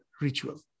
ritual